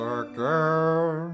again